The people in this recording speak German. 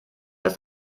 ist